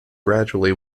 gradually